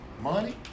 money